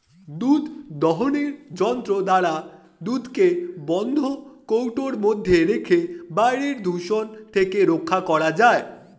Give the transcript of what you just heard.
দুধ দোহনের যন্ত্র দ্বারা দুধকে বন্ধ কৌটোর মধ্যে রেখে বাইরের দূষণ থেকে রক্ষা করা যায়